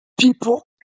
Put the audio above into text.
people